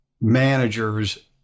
managers